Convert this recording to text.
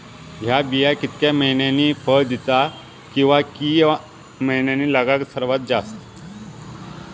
हया बिया कितक्या मैन्यानी फळ दिता कीवा की मैन्यानी लागाक सर्वात जाता?